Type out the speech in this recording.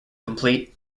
complete